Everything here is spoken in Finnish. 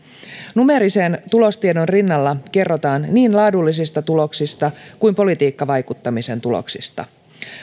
numeerisen tulostiedon rinnalla kerrotaan niin laadullisista tuloksista kuin politiikkavaikuttamisen tuloksista